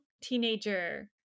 teenager